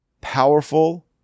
powerful